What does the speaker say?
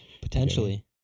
Potentially